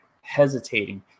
hesitating